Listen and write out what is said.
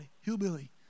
hillbilly